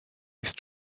ist